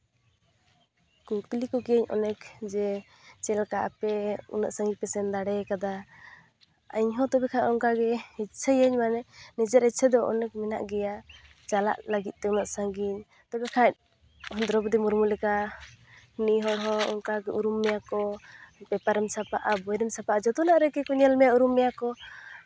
ᱠᱩᱠᱞᱤ ᱠᱮᱜᱮᱭᱟᱹᱧ ᱚᱱᱮᱠ ᱡᱮ ᱪᱮᱫ ᱞᱮᱠᱟ ᱟᱯᱮ ᱩᱱᱟᱹᱜ ᱥᱟᱺᱜᱤᱧ ᱯᱮ ᱥᱮᱱ ᱫᱟᱲᱮᱭ ᱠᱟᱫᱟ ᱤᱧᱦᱚᱸ ᱛᱚᱵᱮ ᱠᱷᱟᱡ ᱚᱱᱠᱟᱜᱮ ᱫᱤᱥᱟᱹᱭᱟᱹᱧ ᱢᱟᱱᱮ ᱱᱤᱡᱮᱨ ᱤᱪᱪᱷᱟᱹ ᱫᱚ ᱚᱱᱮᱠ ᱢᱮᱱᱟᱜ ᱜᱮᱭᱟ ᱪᱟᱞᱟᱜ ᱞᱟᱹᱜᱤᱫ ᱛᱮ ᱩᱱᱟᱹᱜ ᱥᱟᱺᱜᱤᱧ ᱛᱚᱵᱮ ᱠᱷᱟᱡ ᱫᱨᱳᱣᱯᱚᱫᱤ ᱢᱩᱨᱢᱩ ᱞᱮᱠᱟ ᱱᱤᱦᱚᱲ ᱦᱚᱸ ᱚᱱᱠᱟᱜᱮ ᱩᱨᱩᱢ ᱢᱮᱭᱟ ᱠᱚ ᱯᱮᱯᱟᱨ ᱨᱮᱢ ᱪᱷᱟᱯᱟᱜᱼᱟ ᱵᱳᱭ ᱨᱮᱢ ᱪᱷᱟᱯᱟᱜᱼᱟ ᱡᱚᱛᱚ ᱨᱮᱜᱮ ᱠᱚ ᱧᱮᱞ ᱢᱮᱭᱟᱠᱚ ᱩᱨᱩᱢ ᱢᱮᱭᱟ ᱠᱚ